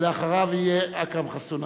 ואחריו יהיה חבר הכנסת אכרם חסון.